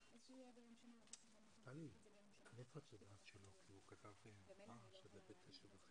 תשיגי לי את היושב ראש ואני אדבר